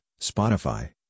Spotify